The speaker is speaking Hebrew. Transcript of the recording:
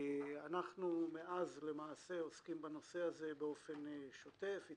מאז אנחנו עוסקים בנושא הזה באופן שוטף.